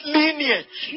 lineage